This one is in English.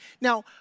Now